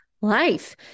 life